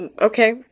okay